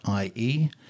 ie